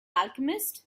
alchemist